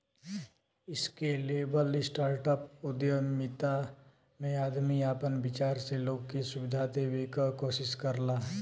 scalable startup उद्यमिता में आदमी आपन विचार से लोग के सुविधा देवे क कोशिश करला